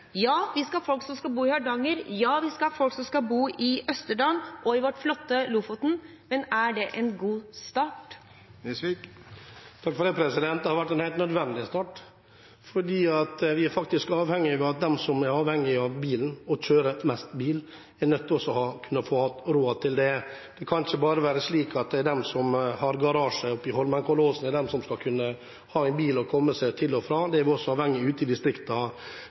Ja, vi skal ha folk boende i Hardanger. Ja, vi skal ha folk boende i Østerdalen og i vårt flotte Lofoten – men er det en god start? Det har vært en helt nødvendig start. Vi er faktisk avhengig av at de som er avhengige av bilen og kjører mest bil, også kan ha råd til det. Det kan ikke bare være slik at det er de som har garasje i Holmenkollåsen som skal kunne ha bil og komme seg til og fra. Det er man også avhengig av ute i